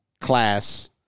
class